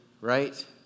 right